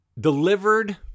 delivered